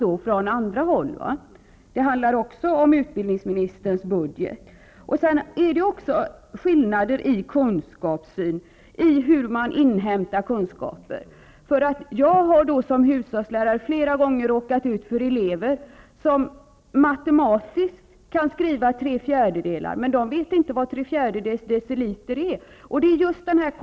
Även i det fallet handlar det om utbildningsdepartementets budget. Här är det också en fråga om skillnader i kunskapssyn, i synen på hur man inhämtar kunskaper. Jag har som hushållslärare flera gånger råkat ut för elever som matematiskt kan skriva tre fjärdedelar, men de vet inte vad tre fjärdedels deciliter är.